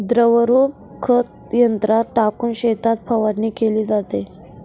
द्रवरूप खत यंत्रात टाकून शेतात फवारणी केली जाते